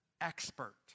expert